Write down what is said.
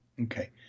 Okay